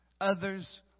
Others